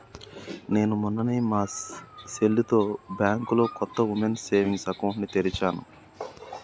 నేను మొన్ననే మా సెల్లుతో బ్యాంకులో కొత్త ఉమెన్స్ సేవింగ్స్ అకౌంట్ ని తెరిచాను